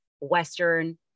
Western